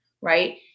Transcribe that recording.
right